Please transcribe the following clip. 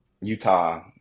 utah